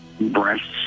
breasts